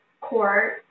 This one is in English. court